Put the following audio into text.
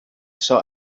saw